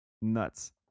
Nuts